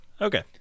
okay